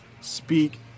speak